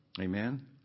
Amen